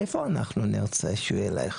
לאן נרצה שהוא ילך?